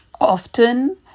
often